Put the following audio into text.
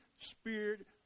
Spirit